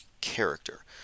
character